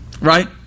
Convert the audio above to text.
right